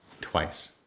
Twice